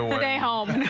home. stay home.